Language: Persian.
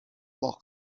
واق